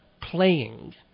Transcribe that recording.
playing